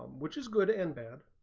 which is good and bad